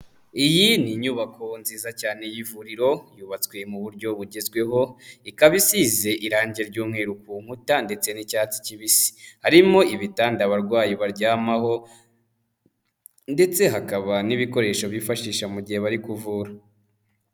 Iyi ni inyubako nziza cyane y'ivuriro, yubatswe mu buryo bugezweho, ikaba isize irangi ry'umweru ku nkuta ndetse n'icyatsi kibisi, harimo ibitanda abarwayi baryamaho ndetse hakaba n'ibikoresho bifashisha mu gihe bari kuvura.